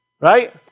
right